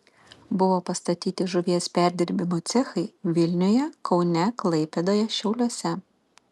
buvo pastatyti žuvies perdirbimo cechai vilniuje kaune klaipėdoje šiauliuose